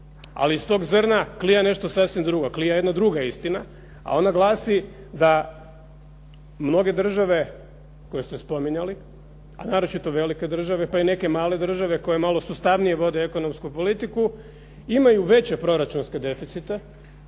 ali iz tog zrna klija nešto sasvim drugo, klija jedna druga istina a ona glasi da mnoge države koje ste spominjali, a naročito velike države, pa i neke male države, koje malo sustavnije vode ekonomsku politiku imaju veće proračunske deficite,